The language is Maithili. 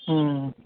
ह्म्म